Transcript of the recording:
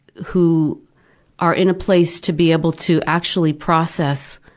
who are in a place to be able to actually process,